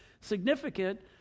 significant